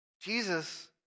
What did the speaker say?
Jesus